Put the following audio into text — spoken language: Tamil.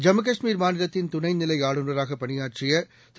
ஜம்முகாஷ்மீர் மாநிலத்தின் துணைநிலைஆளுநராகபணியாற்றியதிரு